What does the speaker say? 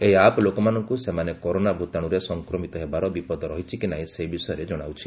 ଏହି ଆପ୍ ଲୋକମାନଙ୍କୁ ସେମାନେ କରୋନା ଭୂତାଶୁରେ ସଂକ୍ରମିତ ହେବାର ବିପଦ ରହିଛି କି ନାହିଁ ସେ ବିଷୟରେ ଜଣାଉଛି